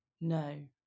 no